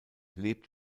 lebt